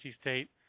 State